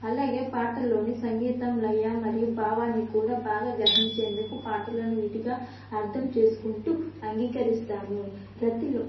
అలాగే పాటల్లోని సంగీతం లయ మరియు భావాన్ని కూడా బాగా గ్రహించేందుకు పాటలను విడిగా అర్థం చేసుకుంటూ అంగీకరిస్తాను రతిలో